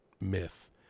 myth